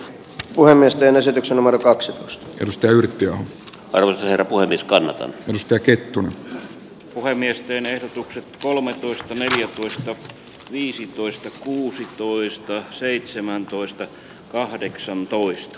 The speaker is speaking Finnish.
puhemiesten esityksen markaksi löydettyä alfred puhdiskannat mustakettunen puhemiesten ehdotukset kolmetoista neljätoista viisitoista kuusitoista seitsemäntoista kahdeksantoista